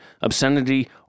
obscenity